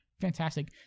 Fantastic